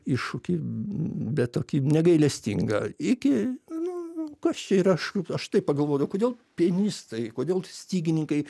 iššūkį bet tokį negailestingą iki nu kas čia yra aš aš taip pagalvodavau kodėl pianistai kodėl stygininkai